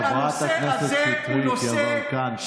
חברי הכנסת שטרית, יברקן, תודה.